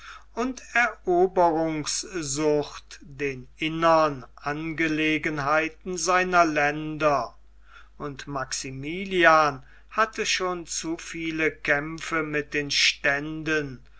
und eroberungssucht den innern angelegenheiten seiner länder und maximilian hatte schon zu viele kämpfe mit den ständen